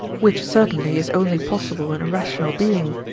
which certainly is only possible in a rational being,